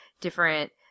different